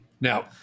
Now-